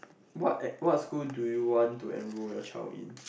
what what school do you want to enrol your child in